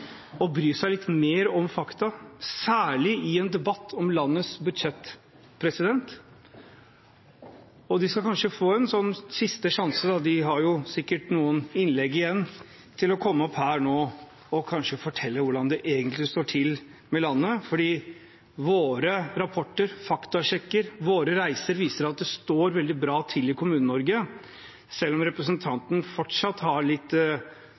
å bry seg litt mer om fakta, særlig i en debatt om landets budsjett. De skal få en siste sjanse, da. De har sikkert noen innlegg igjen til å komme opp her og kanskje fortelle hvordan det egentlig står til med landet, for våre rapporter, faktasjekker og våre reiser viser at det står veldig bra til i Kommune-Norge, selv om representanten fortsatt har litt